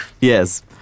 Yes